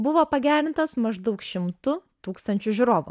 buvo pagerintas maždaug šimtu tūkstančiu žiūrovų